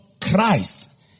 Christ